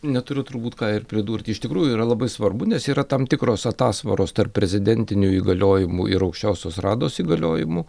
neturiu turbūt ką ir pridurti iš tikrųjų yra labai svarbu nes yra tam tikros atasvaros tarp prezidentinių įgaliojimų ir aukščiausios rados įgaliojimų